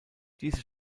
diese